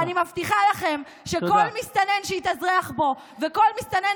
ואני מבטיחה לכם שכל מסתנן שיתאזרח פה וכל מסתנן